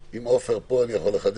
אנחנו באים אומנם לחוקק